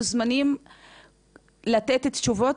אתם מוזמנים לתת תשובות,